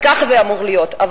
אז כך זה אמור להיות.